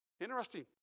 Interesting